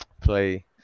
play